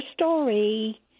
story